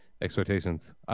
expectations